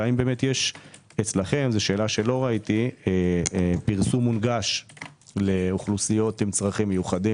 והאם יש אצלכם פרסום מונגש לאוכלוסיות עם צרכים מיוחדים?